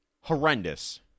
horrendous